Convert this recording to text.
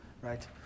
right